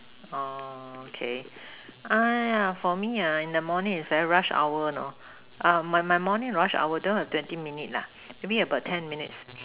okay ah for me ah in the morning is the very rush hour la ah my morning rush hour done for thirty minutes la give me ten minutes la